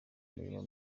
imirimo